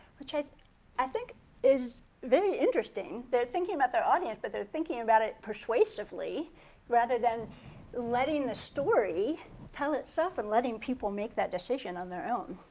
which i i think is very interesting. they're thinking about their audience, but thinking about it persuasively rather than letting the story tell itself and letting people make that decision on their own.